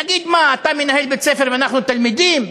תגיד, מה, אתה מנהל בית-ספר ואנחנו תלמידים?